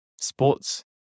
sports